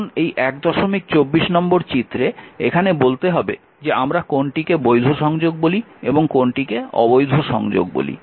এখন এই 124 নম্বর চিত্রে এখানে বলতে হবে যে আমরা কোনটিকে বৈধ সংযোগ বলি এবং কোনটিকে অবৈধ সংযোগ বলি